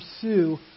pursue